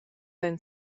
ein